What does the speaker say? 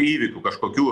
įvykių kažkokių